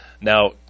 Now